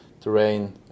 terrain